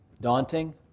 daunting